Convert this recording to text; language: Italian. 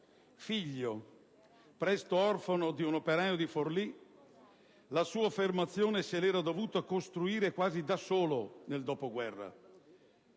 figlio, presto orfano, di un operaio di Forlì, la sua formazione se l'era dovuta costruire quasi da solo, nel dopoguerra,